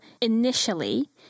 initially